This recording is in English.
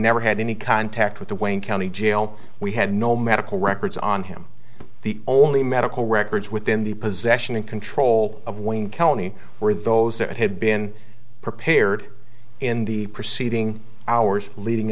never had any contact with the wayne county jail we had no medical records on him the only medical records within the possession and control of wayne county were those that had been prepared in the proceeding hours leading